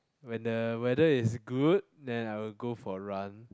when the weather is good then I will go for run